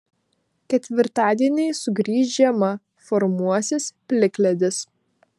ketvirtadienį sugrįš žiema formuosis plikledis